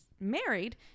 married